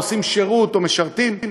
עושים שירות או משרתים,